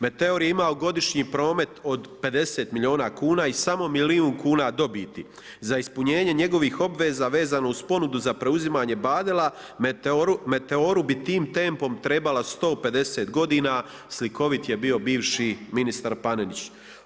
Meteor je imao godišnji promet od 50 milijuna kuna i samo milijun kuna dobiti za ispunjenje njegovih obveza vezano uz ponudu uz preuzimanje Badela Meteoru bi tim tempom trebala 150 godina, slikovit je bio bivši ministar Panenić.